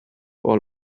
all